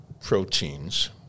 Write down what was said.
proteins